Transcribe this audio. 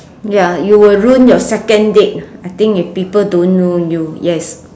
ya you will ruin your second date I think if people don't know you yes